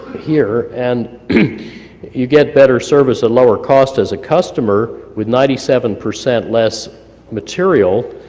here, and you get better service at lower cost as a customer with ninety seven percent less material,